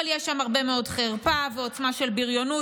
אבל יש שם הרבה מאוד חרפה ועוצמה של בריונות,